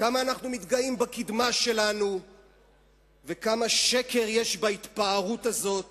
כמה אנחנו מתגאים בקדמה שלנו וכמה שקר יש בהתפארות הזאת